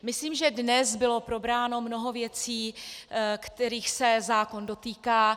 Myslím, že dnes bylo probráno mnoho věcí, kterých se zákon dotýká.